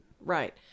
Right